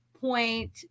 point